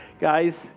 Guys